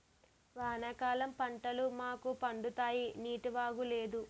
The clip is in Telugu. వానాకాలం పంటలు మాకు పండుతాయి నీటివాగు లేదు